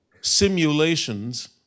simulations